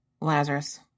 Lazarus